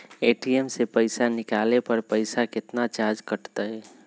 ATM से पईसा निकाले पर पईसा केतना चार्ज कटतई?